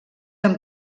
amb